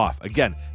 Again